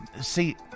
see